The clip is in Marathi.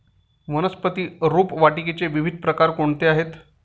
वनस्पती रोपवाटिकेचे विविध प्रकार कोणते आहेत?